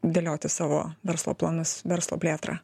dėlioti savo verslo planus verslo plėtrą